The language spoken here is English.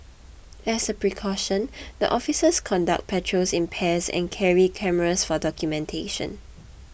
as a precaution the officers conduct patrols in pairs and carry cameras for documentation